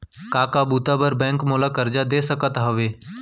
का का बुता बर बैंक मोला करजा दे सकत हवे?